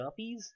guppies